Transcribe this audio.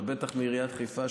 בטח מעיריית חיפה,